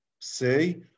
say